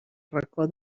racó